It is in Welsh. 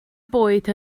bwyd